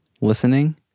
listening